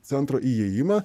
centro įėjimą